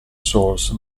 source